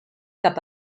cap